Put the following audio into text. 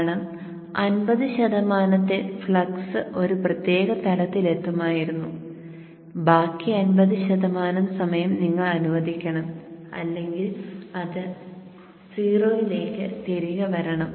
കാരണം 50 ശതമാനത്തിൽ ഫ്ലക്സ് ഒരു പ്രത്യേക തലത്തിൽ എത്തുമായിരുന്നു ബാക്കി 50 ശതമാനം സമയം നിങ്ങൾ അനുവദിക്കണം അല്ലെങ്കിൽ അത് 0 ലേക്ക് തിരികെ വരണം